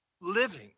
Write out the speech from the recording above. living